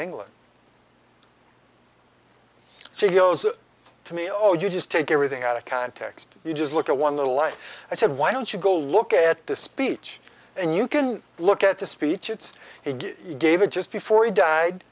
england so he goes to me oh you just take everything out of context you just look at one little light i said why don't you go look at this speech and you can look at the speech it's he gave it just before he died